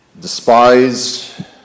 despised